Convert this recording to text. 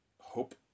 hope